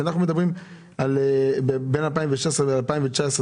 מפניות שקיבלתי,